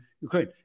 Ukraine